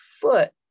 foot